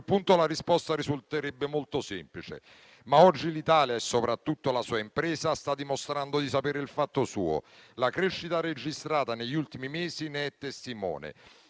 punto la risposta risulterebbe molto semplice. Ma oggi l'Italia, e soprattutto la sua impresa, sta dimostrando di sapere il fatto suo; la crescita registrata negli ultimi mesi ne è testimone.